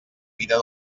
vida